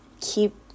keep